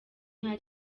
nta